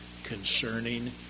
concerning